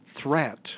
threat